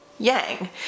Yang